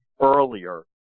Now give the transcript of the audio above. earlier